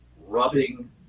rubbing